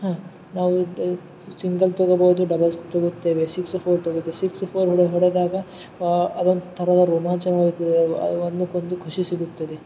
ಹ್ಞೂ ನಾವು ಸಿಂಗಲ್ ತಗೋಬೋದು ಡಬಲ್ಸ್ ತಗೋತೇವೆ ಸಿಕ್ಸ್ ಫೋರ್ ತಗೋತೇವೆ ಸಿಕ್ಸ್ ಫೋರ್ ಹೊಡೆ ಹೊಡೆದಾಗ ಅದೊಂಥರದ ರೋಮಾಂಚನವಾಗುತ್ತದೆ ಅದು ಒಂದಕ್ಕೊಂದು ಖುಷಿ ಸಿಗುತ್ತದೆ